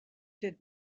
did